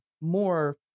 more